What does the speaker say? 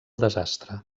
desastre